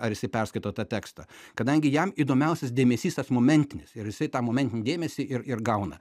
ar jisai perskaito tą tekstą kadangi jam įdomiausias dėmesys tas momentinis ir jisai tą momentinį dėmesį ir ir gauna